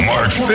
March